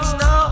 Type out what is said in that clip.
no